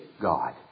God